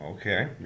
okay